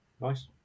Nice